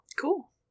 Cool